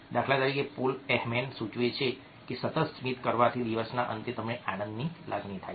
દાખલા તરીકે Paul Ekman સૂચવે છે કે સતત સ્મિત કરવાથી દિવસના અંતે તમને આનંદની લાગણી થઈ શકે છે